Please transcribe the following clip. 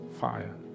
fire